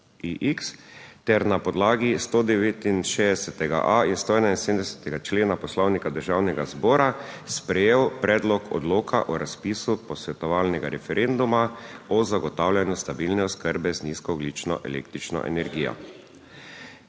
ter na podlagi 169.a in 171. člena Poslovnika Državnega zbora sprejel predlog odloka o razpisu posvetovalnega referenduma o zagotavljanju stabilne oskrbe z nizkoogljično električno energijo.